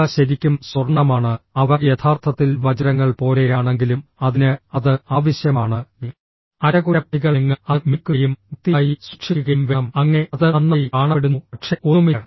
അവ ശരിക്കും സ്വർണ്ണമാണ് അവ യഥാർത്ഥത്തിൽ വജ്രങ്ങൾ പോലെയാണെങ്കിലും അതിന് അത് ആവശ്യമാണ് അറ്റകുറ്റപ്പണികൾ നിങ്ങൾ അത് മിനുക്കുകയും വൃത്തിയായി സൂക്ഷിക്കുകയും വേണം അങ്ങനെ അത് നന്നായി കാണപ്പെടുന്നു പക്ഷേ ഒന്നുമില്ല